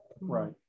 Right